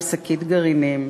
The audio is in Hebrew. עם שקית גרעינים,